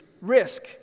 risk